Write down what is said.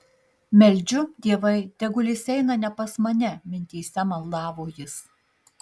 meldžiu dievai tegul jis eina ne pas mane mintyse maldavo jis